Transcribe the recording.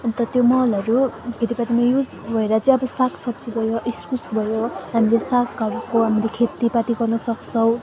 अन्त त्यो मलहरू खेतीपातीमा युज भएर चाहिँ अब सागसब्जी भयो इस्कुस भयो हामीले सागहरूको हामीले खेतीपाती गर्नसक्छौँ